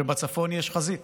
שבצפון יש חזית.